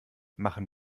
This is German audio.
machen